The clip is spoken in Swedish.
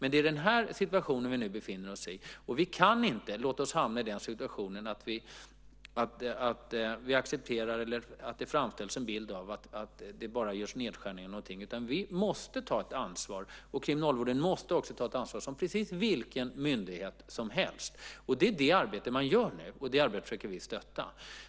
Det är den situationen vi nu befinner oss i, och vi kan inte finna oss i att vara i den situationen, där vi accepterar detta eller att det framställs en bild av att det bara görs nedskärningar. Vi måste ta ett ansvar, och kriminalvården måste ta ett ansvar, precis som vilken myndighet som helst. Det är det arbetet man gör nu, och det arbetet försöker vi stötta.